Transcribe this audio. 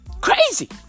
Crazy